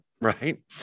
right